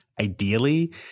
ideally